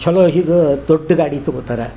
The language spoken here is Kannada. ಚೊಲೋ ಹೀಗೇ ದೊಡ್ಡ ಗಾಡಿ ತೊಗೊತಾರೆ